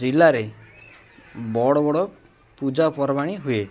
ଜିଲ୍ଲାରେ ବଡ଼ ବଡ଼ ପୂଜାପର୍ବାଣି ହୁଏ